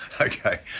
Okay